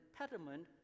impediment